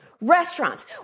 Restaurants